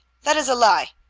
that is a lie.